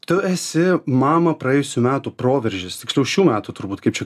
tu esi mama praėjusių metų proveržis tiksliau šių metų turbūt kaip čia